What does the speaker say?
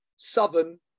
Southern